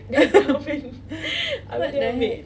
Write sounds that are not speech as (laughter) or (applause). (laughs) what the heck